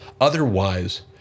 Otherwise